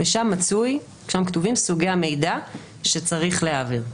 ושם כתובים סוגי המידע שצריך להעביר.